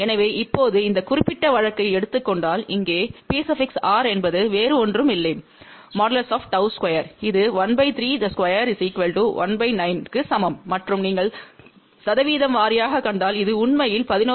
எனவே இப்போது இந்த குறிப்பிட்ட வழக்கை எடுத்துக் கொண்டால் இங்கே Pr என்பது வேறு ஒன்றும் இல்லை | Γ |2 இது 132 19 க்கு சமம் மற்றும் நீங்கள் சதவீதம் வாரியாகக் கண்டால் அது உண்மையில் 11